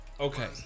Okay